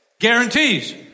guarantees